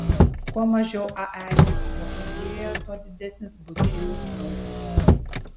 kuo mažiau ae liks vokietijoje tuo didesnis bus dujų srautas